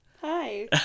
Hi